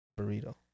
burrito